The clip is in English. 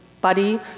buddy